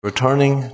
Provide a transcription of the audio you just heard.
Returning